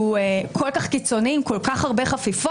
הוא אמר שהוא מתנגד בחריפות.